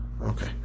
Okay